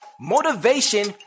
Motivation